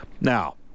Now